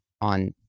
on